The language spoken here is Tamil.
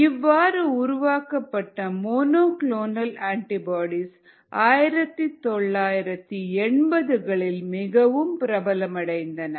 இவ்வாறு உருவாக்கப்பட்டமோனோ குளோனல் அண்டிபோடீஸ் 1980களில் மிகவும் பிரபலமடைந்தன